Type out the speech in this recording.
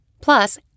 Plus